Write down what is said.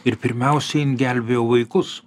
ir pirmiausiai jin gelbėjo vaikus